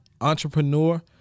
entrepreneur